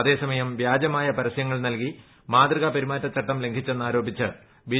അതേസമയം വ്യാജമായ പരസ്യങ്ങൾ നൽകി മാതൃക പെരുമാറ്റ ചട്ടം ലംഘിച്ചെന്നാരോപിച്ച് ബി